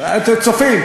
אז הם צופים,